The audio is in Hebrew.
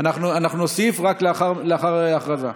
אנחנו נוסיף רק לאחר הכרזה: